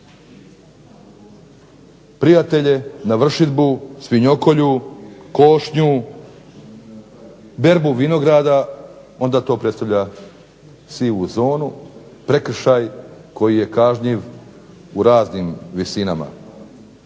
prijatelje na vršidbu, svinjokolju, košnju berbu vinograda onda to predstavlja sivu zonu, prekršaj koji je kažnjiv u novčanim iznosima.